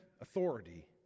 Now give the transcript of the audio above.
authority